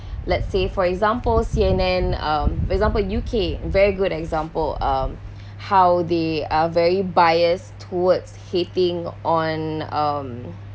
let say for example C_N_N um for example U_K very good example um how they are very biased towards hitting on um